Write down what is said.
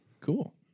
Cool